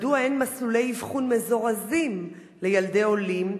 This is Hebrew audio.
מדוע אין מסלולי אבחון מזורזים לילדי עולים,